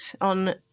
on